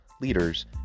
leaders